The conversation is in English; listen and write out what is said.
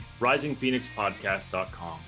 risingphoenixpodcast.com